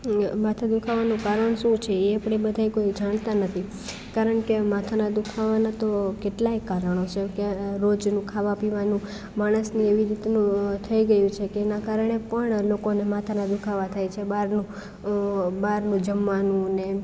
માથા દુખવાનું કારણ શું છે એ આપણે બધાએ કોઈ જાણતા નથી કારણ કે માથાના દુખાવાના તો કેટલાય કારણો છે કે આ રોજનું ખાવાનું પીવાનું માણસને એવી રીતનું થઈ ગયું છે કે એના કારણે પણ લોકોને માથાના દુખાવા થાય છે બહારનું બારનું જમવાનું અને